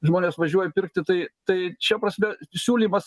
žmonės važiuoja pirkti tai tai šia prasme siūlymas